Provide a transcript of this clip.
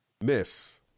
Miss